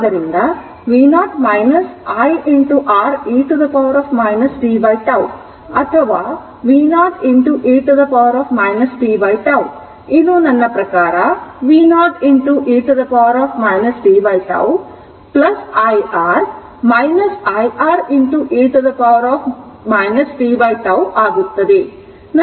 ಆದ್ದರಿಂದ v0 I R e t tτ ಅಥವಾ v0 e t tτ ಇದು ನನ್ನ ಪ್ರಕಾರ v0 e t tτ I R I R e t tτ ಆಗುತ್ತದೆ